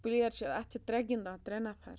player چھِ اَتھ چھِ ترٛےٚ گِنٛدان ترٛےٚ نَفر